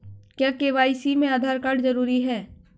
क्या के.वाई.सी में आधार कार्ड जरूरी है?